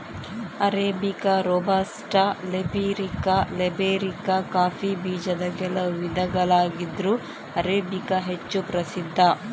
arabica, robusta, liberica coffee ಬೀಜದ ಕೆಲವು ವಿಧಗಳಾಗಿದ್ರೂ ಅರೇಬಿಕಾ ಹೆಚ್ಚು ಪ್ರಸಿದ್ಧ